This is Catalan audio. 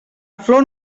flor